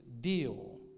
deal